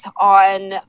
on